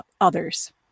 others